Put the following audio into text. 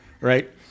right